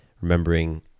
remembering